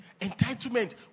Entitlement